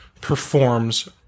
performs